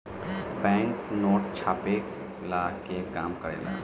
bank note छ्पला के काम करेला